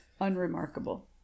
unremarkable